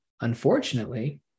unfortunately